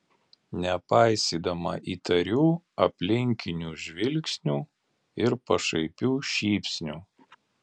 nepaisydama įtarių aplinkinių žvilgsnių ir pašaipių šypsnių